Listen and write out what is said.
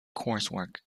coursework